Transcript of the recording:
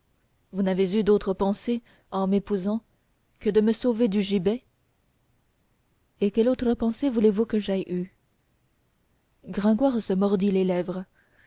vous n'avez eu d'autre pensée en m'épousant que de me sauver du gibet et quelle autre pensée veux-tu que j'aie eue gringoire se mordit les lèvres